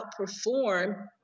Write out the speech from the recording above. outperform